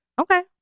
Okay